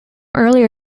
earlier